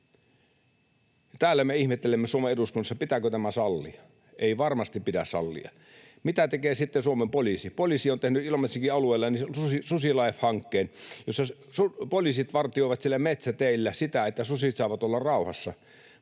Täällä me ihmettelemme Suomen eduskunnassa, pitääkö tämä sallia. Ei varmasti pidä sallia. Mitä tekee sitten Suomen poliisi? Poliisi on tehnyt Ilomantsinkin alueella SusiLIFE-hankkeen, jossa poliisit vartioivat siellä metsäteillä, että sudet saavat olla rauhassa,